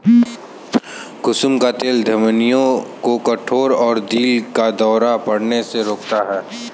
कुसुम का तेल धमनियों को कठोर और दिल का दौरा पड़ने से रोकता है